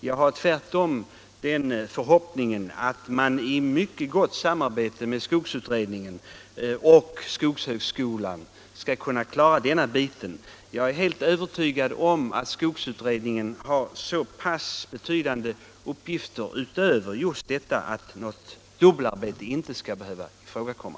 Jag har tvärtom den förhoppningen att man i mycket gott samarbete mellan skogsutredningen och skogshögskolan skall kunna klara denna uppgift. Jag är helt övertygad om att skogsutredningen har så betydande uppgifter utöver denna att någon brist på sysselsättning inte behöver ifrågakomma.